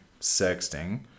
sexting